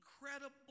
incredible